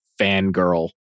fangirl